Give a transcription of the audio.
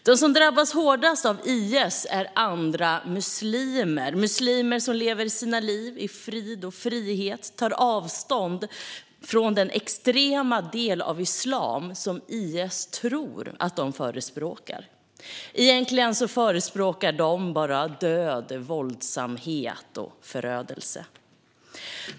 De som drabbats hårdast av IS är andra muslimer - muslimer som lever sina liv i frid och frihet och tar avstånd från den extrema del av islam som IS tror att de förespråkar. Egentligen förespråkar de bara död, våldsamhet och förödelse.